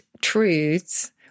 truths